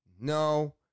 No